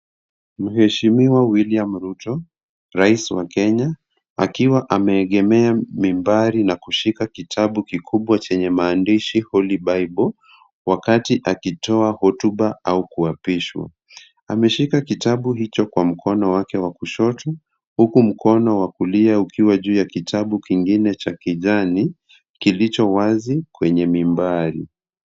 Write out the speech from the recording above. Mheshimiwa William Ruto, Rais wa Kenya, akiwa ameegemea mibari na kushika kitabu kikubwa chenye maandishi Holy Bible wakati akitoa hotuba au kuapishwa. Ameshika kitabu hicho kwa mkono wake wa kushoto, huku mkono wa kulia ukiwa juu ya kitabu kingine cha kijani, kilicho wazi kwenye mibari.